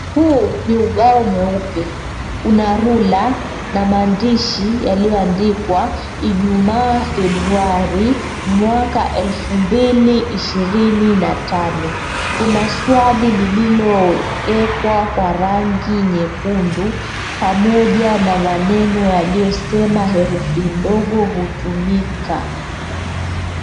Huu ni ubao mweupe. Una ruler[cs[] na maandishi yaliyoandikwa Ijumaa Februari mwaka elfu mbili ishirini na tano. Kuna swali lililowekwa kwa rangi nyekundu pamoja na maneno yaliyosema herufi ndogo hutumika.